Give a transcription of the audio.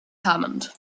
hammond